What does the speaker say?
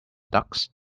ducks